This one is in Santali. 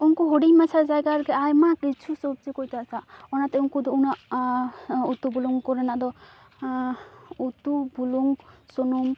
ᱩᱱᱠᱩ ᱦᱩᱰᱤᱝ ᱢᱟᱪᱷᱟ ᱡᱟᱭᱜᱟ ᱨᱮᱜᱮ ᱟᱭᱢᱟ ᱠᱤᱪᱷᱩ ᱥᱚᱵᱡᱤ ᱠᱚ ᱪᱟᱥᱟ ᱚᱱᱟᱛᱮ ᱩᱱᱠᱩ ᱫᱚ ᱩᱱᱟᱹᱜ ᱩᱛᱩ ᱵᱩᱞᱩᱝ ᱠᱚᱨᱮᱱᱟᱜ ᱫᱚ ᱩᱛᱩ ᱵᱩᱞᱩᱝ ᱥᱩᱱᱩᱢ